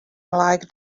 like